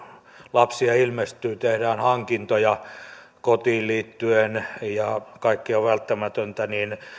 lapsia ilmestyy tehdään hankintoja kotiin liittyen ja kaikkea välttämätöntä